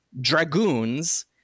Dragoons